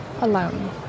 alone